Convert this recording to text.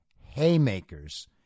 haymakers